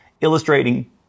illustrating